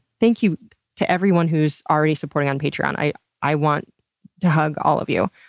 thank you to everyone who's already supporting on patreon. i i want to hug all of you.